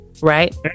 right